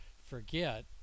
forget